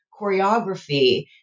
choreography